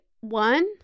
one